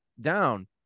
down